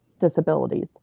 disabilities